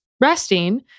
resting